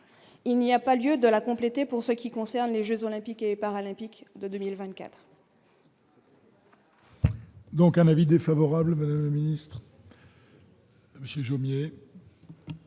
il n'y a pas lieu de la compléter pour ce qui concerne les Jeux olympiques et paralympiques de 2024. Donc un avis défavorable Ministre. Monsieur Jomier.